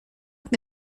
que